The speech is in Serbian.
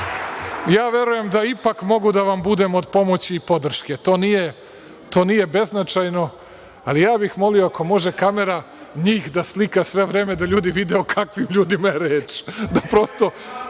Ja verujem da ipak mogu da vam budem od pomoći i podrške, to nije beznačajno, ali ja bih molio ako može kamera njih da slika sve vreme, da ljudi vide o kakvim ljudima je reč,